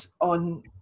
on